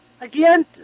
again